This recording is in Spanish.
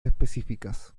específicas